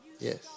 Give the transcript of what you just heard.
Yes